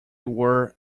were